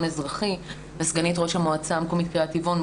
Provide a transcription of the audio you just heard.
אזרחי וסגנית ראש המועצה המקומית קריית טבעון.